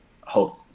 hope